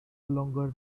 longer